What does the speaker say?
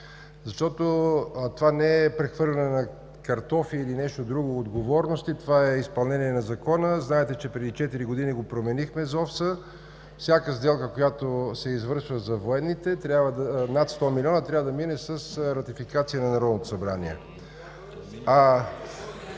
Защото това не е прехвърляне на картофи или нещо друго, това е изпълнение на Закона. Знаете, че преди четири години променихме ЗОВС-а – всяка сделка, която се извършва за военните над 100 милиона, трябва да мине с ратификация на Народното събрание.